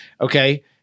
Okay